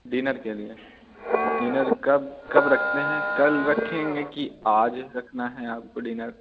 dinner के लिए dinner कब कब रखते हैं कल रखेंगे कि आज रखना है आपको डिनर